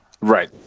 right